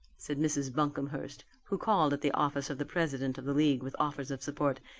said mrs. buncomhearst, who called at the office of the president of the league with offers of support,